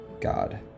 God